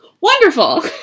Wonderful